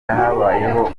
habayeho